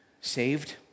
Saved